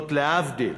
להבדיל